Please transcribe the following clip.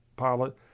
pilot